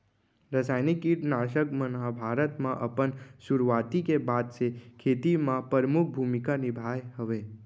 रासायनिक किट नाशक मन हा भारत मा अपन सुरुवात के बाद से खेती मा परमुख भूमिका निभाए हवे